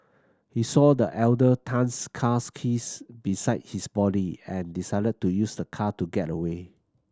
he saw the elder Tan's cars keys beside his body and decided to use the car to get away